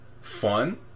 fun